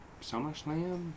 SummerSlam